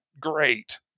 great